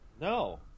No